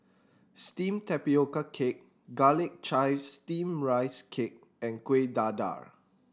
steamed tapioca cake Garlic Chives Steamed Rice Cake and Kuih Dadar